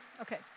Okay